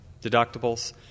deductibles